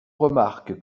remarque